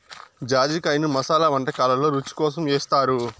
జాజికాయను మసాలా వంటకాలల్లో రుచి కోసం ఏస్తారు